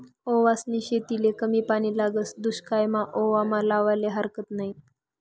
ओवासनी शेतीले कमी पानी लागस, दुश्कायमा आओवा लावाले हारकत नयी